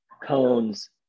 cones